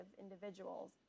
individuals